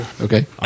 Okay